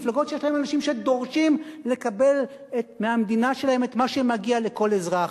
מפלגות שיש להן אנשים שדורשים לקבל מהמדינה שלהם את מה שמגיע לכל אזרח,